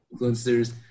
influencers